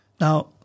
Now